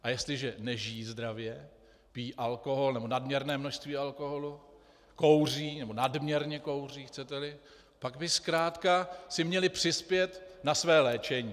A jestliže nežijí zdravě, pijí alkohol nebo nadměrné množství alkoholu, kouří nebo nadměrně kouří, chceteli, pak by zkrátka si měli přispět na své léčení.